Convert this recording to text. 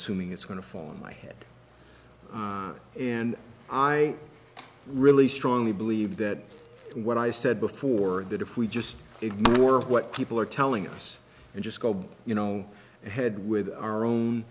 assuming it's going to fall on my head and i really strongly believe that what i said before that if we just ignore what people are telling us and just go you know ahead with our own